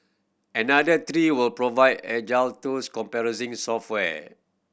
another three will provide agile tools comprising software